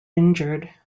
injured